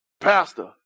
pastor